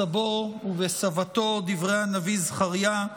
בסבו ובסבתו דברי הנביא זכריה: